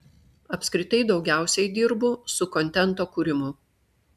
apskritai daugiausiai dirbu su kontento kūrimu